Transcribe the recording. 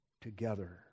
together